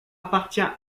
appartient